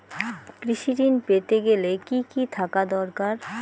কৃষিঋণ পেতে গেলে কি কি থাকা দরকার?